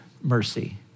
mercy